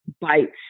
bites